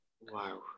Wow